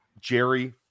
jerry